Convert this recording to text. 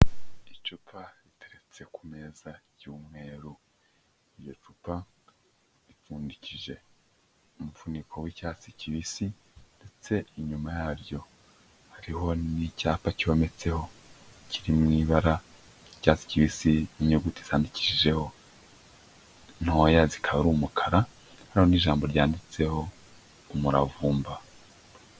Icupa riteretse ku meza y'umweru, iryo cupa ripfundikije umufuniko w'icyatsi kibisi, ndetse inyuma yaryo hariho n'icyapa cyometseho kiri mu ibara ry'icyatsi kibisi, inyuguti zandikishijeho ntoya zikaba ari umukara, noneho ijambo ryanditseho umuravumba.